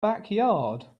backyard